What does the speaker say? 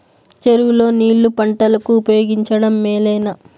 చెరువు లో నీళ్లు పంటలకు ఉపయోగించడం మేలేనా?